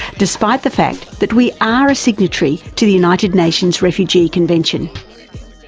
despite the fact that we are a signatory to the united nations refugee convention.